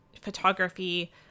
photography